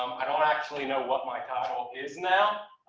i don't actually know what my title is now.